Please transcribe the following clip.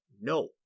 No